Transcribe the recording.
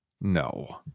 no